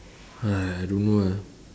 !hais! I don't know ah